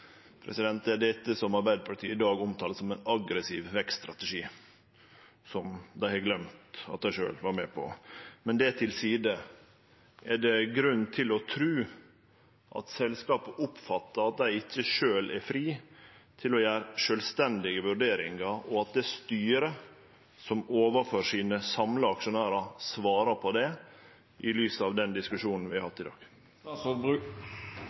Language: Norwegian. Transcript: Det er dette som Arbeidarpartiet i dag omtalar som ein aggressiv vekststrategi, som dei har gløymt at dei sjølve var med på. Men det til side. Er det grunn til å tru at selskapet oppfattar at dei ikkje sjølve er fri til å gjere sjølvstendige vurderingar, og at det er styret som overfor sine samla aksjonærar svarar på det, i lys av den diskusjonen vi har